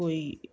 ਕੋਈ